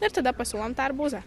ir tada pasiūlom tą arbūzą